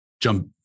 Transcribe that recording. jump